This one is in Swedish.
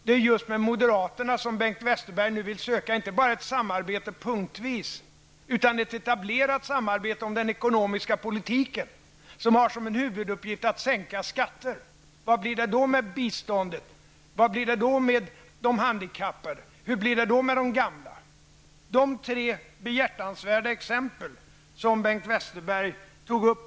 Det är just med moderaterna som Bengt Westerberg nu vill söka inte bara ett samarbete punktvis utan ett etablerat samarbete om den ekonomiska politiken, med huvuduppgiften att sänka skatter. Hur blir det då med biståndet? Hur blir det då med de handikappade? Hur blir det då med de gamla? Detta är de tre behjärtansvärda exempel som Bengt Westerberg tog.